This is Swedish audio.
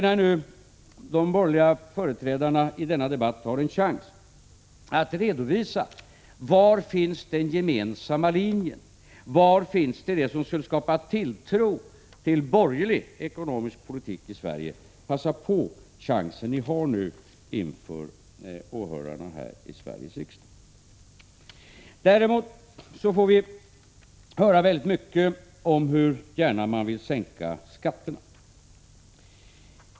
När nu de borgerliga företrädarna i denna debatt har en chans att redovisa var den gemensamma linjen finns och var det finns som skulle skapa tilltro till borgerlig, ekonomisk politik i Sverige, så ta då den chansen inför åhörarna här i Sveriges riksdag! Däremot får vi höra mycket om hur gärna man vill sänka skatterna.